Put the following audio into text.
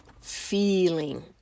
feeling